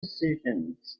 decisions